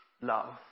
love